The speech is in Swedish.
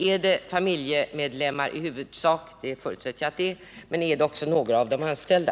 Är det i huvudsak familjemedlemmar — det förutsätter jag — men är det också några av de anställda?